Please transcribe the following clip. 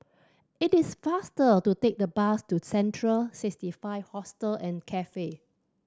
it is faster to take the bus to Central Sixty Five Hostel and Cafe